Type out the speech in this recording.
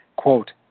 Quote